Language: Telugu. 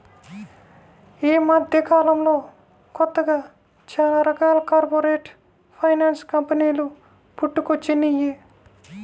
యీ మద్దెకాలంలో కొత్తగా చానా రకాల కార్పొరేట్ ఫైనాన్స్ కంపెనీలు పుట్టుకొచ్చినియ్యి